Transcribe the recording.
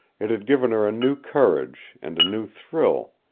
it had given her a new courage, and a new thrill,